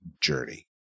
journey